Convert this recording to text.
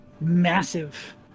massive